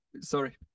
Sorry